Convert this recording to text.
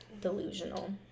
Delusional